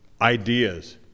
ideas